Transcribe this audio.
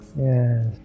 Yes